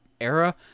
era